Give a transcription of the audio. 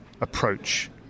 approach